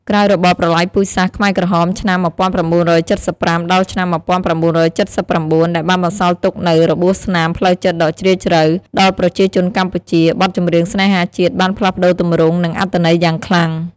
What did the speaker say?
ក្រោយរបបប្រល័យពូជសាសន៍ខ្មែរក្រហម ឆ្នាំ ១៩៧៥ ដល់ឆ្នាំ ១៩៧៩ ដែលបានបន្សល់ទុកនូវ របួសស្នាមផ្លូវចិត្តដ៏ជ្រាលជ្រៅ ដល់ប្រជាជនកម្ពុជា បទចម្រៀងស្នេហាជាតិបានផ្លាស់ប្ដូរទម្រង់ និងអត្ថន័យយ៉ាងខ្លាំង។